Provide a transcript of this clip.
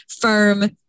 firm